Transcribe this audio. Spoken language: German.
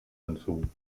hinzu